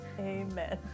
Amen